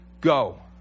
go